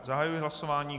Zahajuji hlasování.